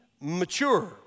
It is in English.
mature